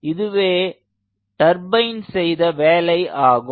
இதுவே டர்பைன் செய்த வேலை ஆகும்